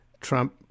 Trump